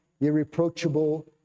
irreproachable